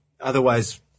otherwise